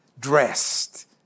dressed